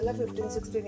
15-16